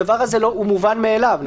הדבר הזה מובן מאליו.